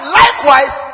likewise